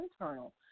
internal